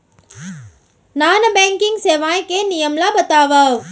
Non banking सेवाएं के नियम ला बतावव?